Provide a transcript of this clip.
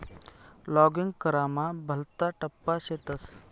login करामा भलता टप्पा शेतस